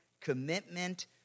commitment